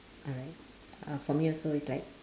alright uh for me also is like